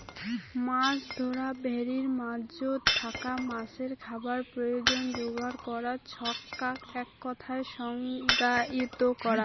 মাছ ধরা ভেরির মাঝোত থাকা মাছের খাবার প্রয়োজনে যোগার করার ছচকাক এককথায় সংজ্ঞায়িত করা